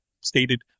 stated